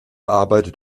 arbeitet